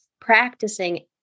practicing